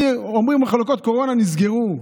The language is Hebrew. אומרים: מחלקות קורונה נסגרו.